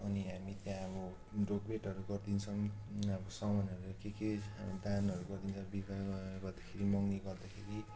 अनि हामी त्यहाँ अब ढोकभेटहरू गरिदिन्छौँ अनि अब सामानहरू के के दानहरू गरिदिन्छ विवाह गर्दाखेरि मगनी गर्दाखेरि